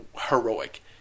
heroic